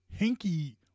Hinky